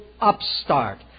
upstart